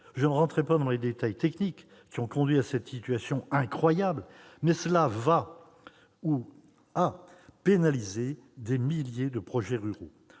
Je n'entrerai pas dans les détails techniques qui ont conduit à cette situation incroyable, mais celle-ci a pénalisé, ou va pénaliser, des milliers de projets ruraux.